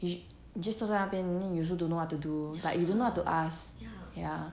you~ you just 坐在那边 then you also don't know how to do like you don't know what to ask ya